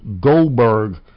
Goldberg